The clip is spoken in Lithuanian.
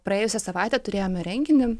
praėjusią savaitę turėjome renginį